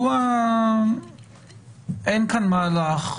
אני רוצה לשאול את משרד המשפטים מדוע אין כאן מהלך,